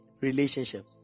relationship